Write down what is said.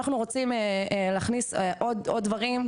אנחנו רוצים להכניס עוד דברים,